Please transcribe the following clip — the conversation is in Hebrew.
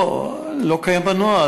זה לא קיים בנוהל.